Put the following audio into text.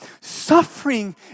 Suffering